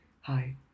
Hi